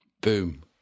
Boom